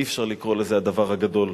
אי-אפשר לקרוא לזה "הדבר הגדול".